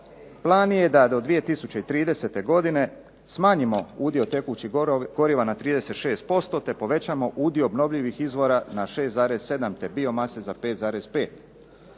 Plan je da do 2030. godine smanjimo udio tekućih goriva na 36% te povećamo udio obnovljivih izvora na 6,7 te biomase za 5,5.